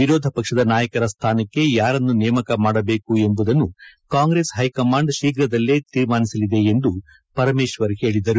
ವಿರೋಧ ಪಕ್ಷದ ನಾಯಕರ ಸ್ಥಾನಕ್ಕೆ ಯಾರನ್ನು ನೇಮಕ ಮಾಡಬೇಕು ಎಂಬುದನ್ನು ಕಾಂಗ್ರೆಸ್ ಹೈಕಮಾಂಡ್ ಶೀಫ್ರದಲ್ಲೇ ತೀರ್ಮಾನ ಮಾಡಲಿದೆ ಎಂದು ಪರಮೇಶ್ವರ್ ಹೇಳಿದರು